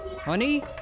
Honey